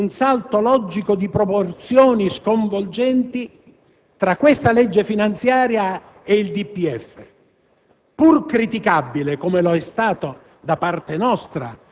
Anzi, c'è addirittura uno scarto, un salto logico di proporzioni sconvolgenti, tra questa legge finanziaria e il DPEF,